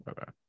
okay